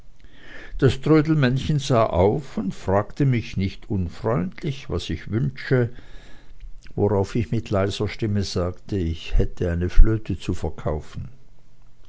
das trödelmännchen sah auf und fragte mich nicht unfreundlich was ich wünsche worauf ich mit leiser stimme sagte ich hätte eine flöte zu verkaufen